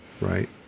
right